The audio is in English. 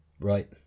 Right